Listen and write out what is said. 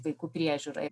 vaikų priežiūrą